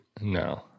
No